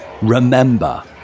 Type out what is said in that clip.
Remember